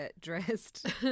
Dressed